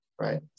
right